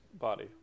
body